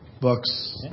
books